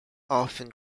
often